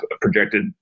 projected